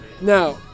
Now